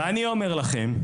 אני אומר לכם: